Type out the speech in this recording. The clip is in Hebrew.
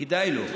כדאי לו.